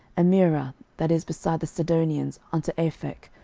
and mearah that is beside the sidonians unto aphek,